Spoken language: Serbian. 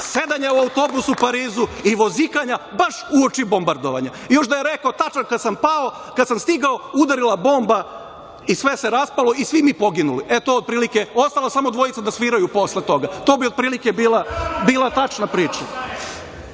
sedanja u autobusu u Parizu i vozikanja baš uoči bombardovanja. Još da je rekao – tačno kada sam stigao udarila u bomba i sve se raspala i svi mi poginuli. Ostala samo dvojica da sviraju posle toga. To bi otprilike bila tačna